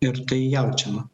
ir tai jaučiama